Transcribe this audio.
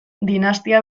dinastia